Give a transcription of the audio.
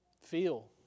feel